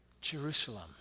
Jerusalem